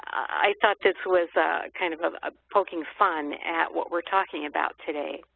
i thought this was kind of of ah poking fun at what we're talking about today.